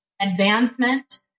advancement